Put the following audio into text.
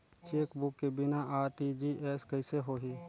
Chequebook के बिना RTGS कइसे होही?